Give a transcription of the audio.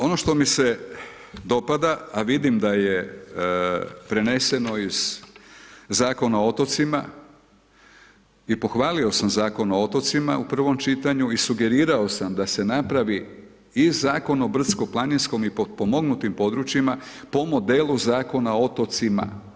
Ono što mi se dopada, a vidim da je preneseno iz Zakona o otocima i pohvalio sam Zakon o otocima u prvom čitanju i sugerirao sam da se napravi i Zakon o brdsko-planinskom i potpomognutim područjima, po modelu Zakona o otocima.